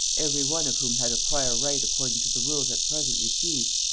every one of whom had a prior right according to the rules at present received,